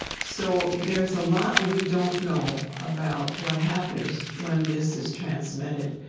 so there's a lot we don't know about what happens when this is transmitted.